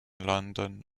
london